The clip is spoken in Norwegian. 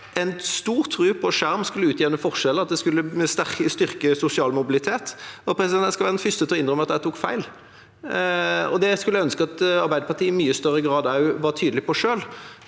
en stor tro på at skjerm skulle utjevne forskjeller, at det skulle styrke sosial mobilitet. Jeg skal være den første til å innrømme at jeg tok feil, og det skulle jeg ønske at Arbeiderpartiet i mye større grad var tydelig på selv.